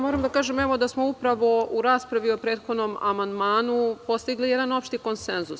Moram da kažem da smo upravo u raspravi o prethodnom amandmanu postigli jedan opšti konsenzus.